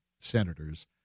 senators